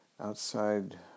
outside